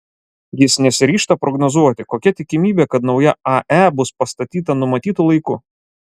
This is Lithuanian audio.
jis nesiryžta prognozuoti kokia tikimybė kad nauja ae bus pastatyta numatytu laiku